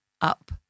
up